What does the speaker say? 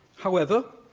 however,